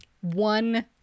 one